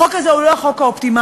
החוק הזה הוא לא החוק האופטימלי.